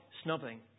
snubbing